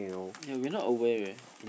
ya we not aware